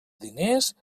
diners